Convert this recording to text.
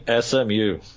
SMU